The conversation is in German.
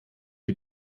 die